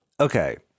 Okay